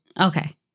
Okay